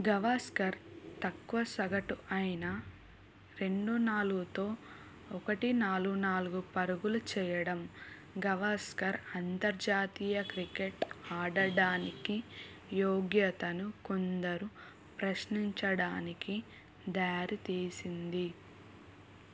గవాస్కర్ తక్కువ సగటు అయిన రెండు నాలుగుతో ఒకటి నాలుగు నాలుగు పరుగులు చేయడం గవాస్కర్ అంతర్జాతీయ క్రికెట్ ఆడడానికి యోగ్యతను కొందరు ప్రశ్నించడానికి దారి తీసింది